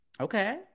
Okay